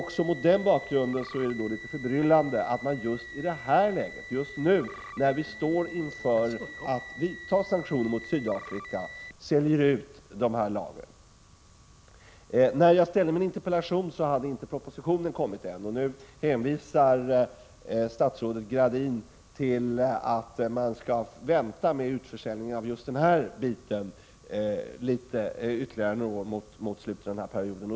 Också mot den bakgrunden är det litet förbryllande att man just i det här läget, just när vi står inför att vidta sanktioner mot Sydafrika, säljer ut beredskapslagren. När jag framställde min interpellation hade ännu inte propositionen kommit. Nu hänvisar statsrådet Gradin till att man skall vänta med utförsäljningen av just den här delen ytterligare en tid mot slutet av perioden.